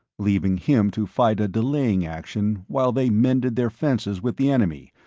leaving him to fight a delaying action while they mended their fences with the enemy,